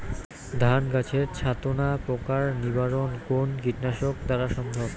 ধান গাছের ছাতনা পোকার নিবারণ কোন কীটনাশক দ্বারা সম্ভব?